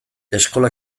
eskola